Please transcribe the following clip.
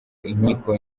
inkiko